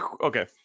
Okay